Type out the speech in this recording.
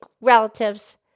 relatives